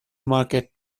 market